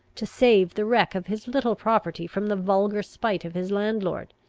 to save the wreck of his little property from the vulgar spite of his landlord.